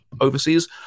overseas